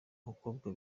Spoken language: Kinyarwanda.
umukobwa